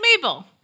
Mabel